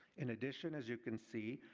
in addition, as you can see,